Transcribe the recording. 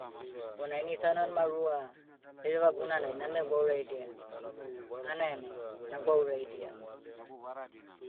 Bona ini taunmanima rua, hereva gunanai name gwauraidia, hanaianai, na gwauraidiamu.